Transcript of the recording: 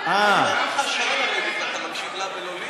אתה מקשיב לה ולא לי?